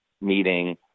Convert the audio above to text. meeting